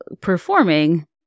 performing